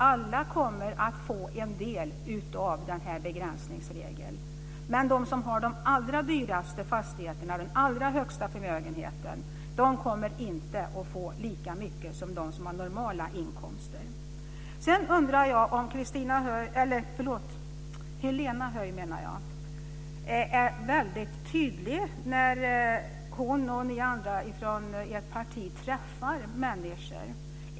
Alla kommer alltså att få en del av begränsningsregeln, men de som har de allra dyraste fastigheterna och den allra största förmögenheten kommer inte att få lika mycket som de som har normala inkomster. Sedan undrar jag om Helena Höij är tydlig när hon och andra från ert parti träffar människor.